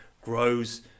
grows